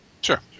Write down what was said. Sure